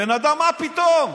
הבן אדם: מה פתאום?